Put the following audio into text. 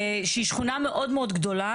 שהיא שכונה מאוד מאוד גדולה,